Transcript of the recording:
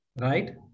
Right